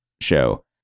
show